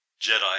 Jedi